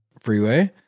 freeway